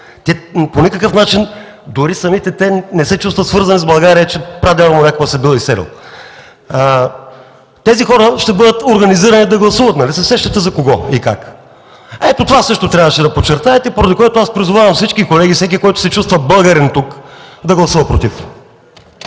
По никакъв начин дори самите те не се чувстват свързани с България, че прадядо му някога се бил изселил. Тези хора ще бъдат организирани да гласуват – нали се сещате за кого и как. Ето това също трябваше да подчертаете, поради което аз призовавам всички колеги, всеки, който се чувства българин тук, да гласува „против”.